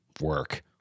work